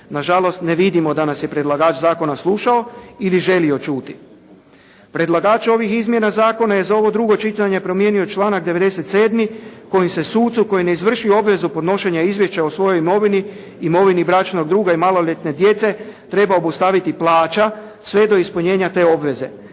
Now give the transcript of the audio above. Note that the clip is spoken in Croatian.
Na žalost ne vidimo da nas je predlagač zakona slušao ili želio čuti. Predlagač ovih izmjena zakona je za ovo drugo čitanje promijenio članak 97. kojim se sucu koji ne izvrši obvezu podnošenja izvješća o svojoj imovini, imovini bračnog druga i maloljetne djece treba obustaviti plaća sve do ispunjenja te obveze.